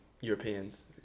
Europeans